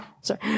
sorry